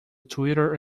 twitter